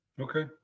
Okay